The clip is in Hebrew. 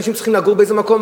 אנשים צריכים לגור באיזה מקום,